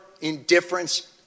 indifference